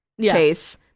case